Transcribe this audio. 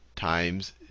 times